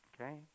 Okay